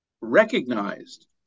recognized